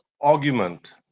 argument